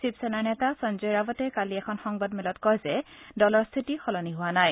শিৱসেনাৰ নেতা সঞ্জয় ৰাৱটে কালি এখন সংবাদমেলত কয় যে দলৰ স্থিতি সলনি হোৱা নাই